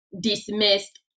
dismissed